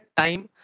time